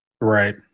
Right